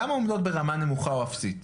כמה עומדות ברמה נמוכה או אפסית?